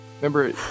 Remember